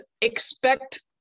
expect